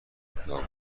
خیابون